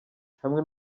hamwe